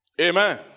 Amen